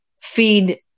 feed